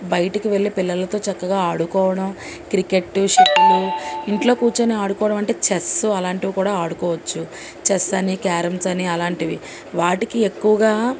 బయటకి వెళ్ళి పిల్లలతో చక్కగా ఆడుకోవడం క్రికెట్టు షెటిల్ ఇంట్లో కూర్చోని ఆడుకోవడం అంటే చెస్ అలాంటివి కూడా ఆడుకోవచ్చు చెస్ అని క్యారమ్స్ అని అలాంటివి వాటికి ఎక్కువగా